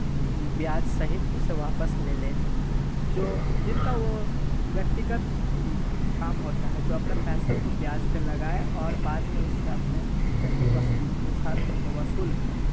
ब्याज सहित उसे वापस ले लेना जो जिनका वो व्यक्तिगत काम होता है जो अपना पैसा को ब्याज पर लगाया और बाद में उसे अपने सही वसूली के साथ हमको वसूल करें